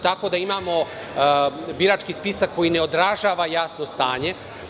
Tako da, imamo birački spisak koji ne odražava jasno stanje.